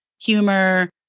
humor